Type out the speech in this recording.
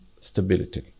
stability